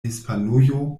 hispanujo